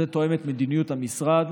זה תואם את מדיניות המשרד